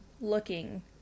looking